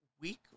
week